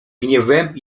gniewem